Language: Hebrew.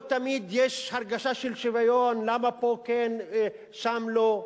לא תמיד יש הרגשה של שוויון: למה פה כן, שם לא?